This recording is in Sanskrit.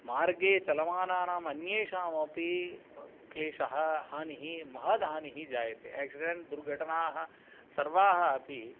मार्गे चलमानानाम् अन्येषामपि क्लेशः हानिः महद् हानिः जायते आक्सिडेण्ट् दुर्घटनाः सर्वाः अपि